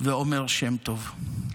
ועומר שם טוב.